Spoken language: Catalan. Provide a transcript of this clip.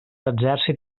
exèrcit